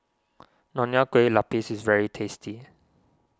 Nonya Kueh Lapis is very tasty